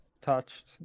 touched